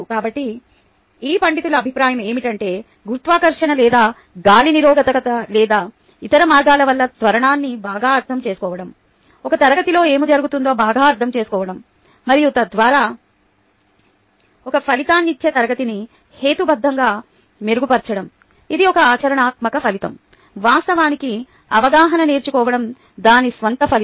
కాబట్టి ఈ పండితుల అభిప్రాయం ఏమిటంటే గురుత్వాకర్షణ లేదా గాలి నిరోధకత లేదా ఇతర మార్గాల వల్ల త్వరణాన్ని బాగా అర్థం చేసుకోవడం ఒక తరగతిలో ఏమి జరుగుతుందో బాగా అర్థం చేసుకోవడం మరియు తద్వారా ఒక ఫలితాన్నిచ్చే తరగతిని హేతుబద్ధంగా మెరుగుపరచడం ఇది ఒక ఆచరణాత్మక ఫలితం వాస్తవానికి అవగాహన నేర్చుకోవడం దాని స్వంత ఫలితం